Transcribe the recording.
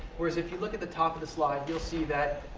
whereas if you look at the top of the slide, you'll see that